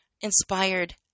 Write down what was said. inspired